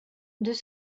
deux